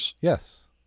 Yes